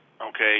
okay